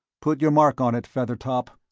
put your mark on it, feathertop.